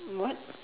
what